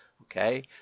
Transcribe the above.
Okay